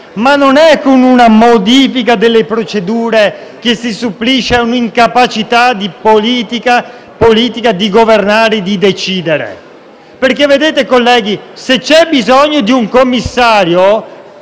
Ma non è con una modifica delle procedure che si supplisce all'incapacità politica di governare e di decidere. Infatti, colleghi, se c'è bisogno di un commissario